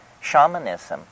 shamanism